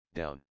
down